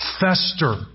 fester